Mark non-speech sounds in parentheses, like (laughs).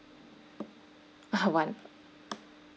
(laughs) one